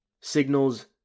signals